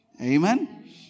Amen